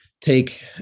take